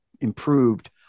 improved